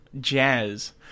jazz